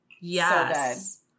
Yes